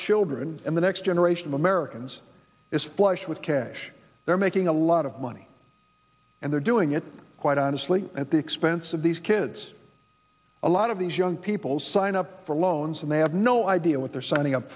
children and the next generation of americans is flush with cash they're making a lot of money and they're doing it quite honestly at the expense of these kids a lot of these young people sign up for loans and they have no idea what they're signing up